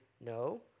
no